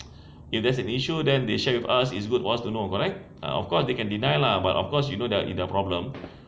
if there's an issue then they share with us it's good for us to know correct ah of course they can deny lah but of course you you know their problem